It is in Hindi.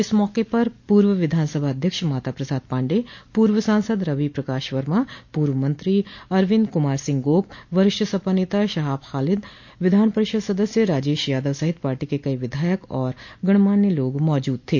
इस मौके पर पूर्व विधानसभाध्यक्ष माता प्रसाद पांडेय पूर्व सांसद रवि प्रकाश वर्मा पूर्व मंत्री अरविंद कुमार सिंह गोप वरिष्ठ सपा नेता शहाब ख़ालिद विधान परिषद सदस्य राजेश यादव सहित पार्टी के कई विधायक और गणमान्य लोग मौजूद थे